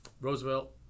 Roosevelt